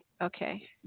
Okay